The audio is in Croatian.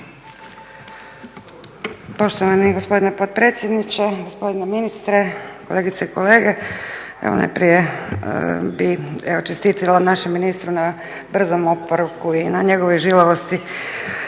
Poštovani gospodine potpredsjedniče, gospodine ministre, kolegice i kolege. Evo najprije bih evo čestitala našem ministru na brzom oporavku i na njegovoj žilavosti,